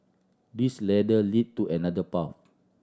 this ladder lead to another path